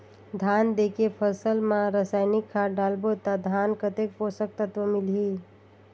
धान देंके फसल मा रसायनिक खाद डालबो ता धान कतेक पोषक तत्व मिलही?